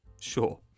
Sure